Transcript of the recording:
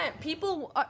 People